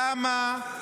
למה?